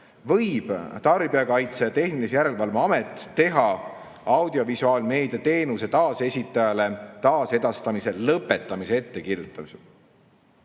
võib Tarbijakaitse ja Tehnilise Järelevalve Amet teha audiovisuaalmeedia teenuse taasesitajale taasedastamise lõpetamise ettekirjutuse.